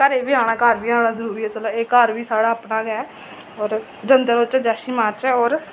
घरै गी बी औना घर बी आना एह् घर बी साढ़ा अपना गै जंदे रौह्चै होर जैशी मारचै होर